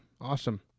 awesome